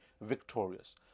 victorious